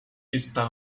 está